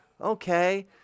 Okay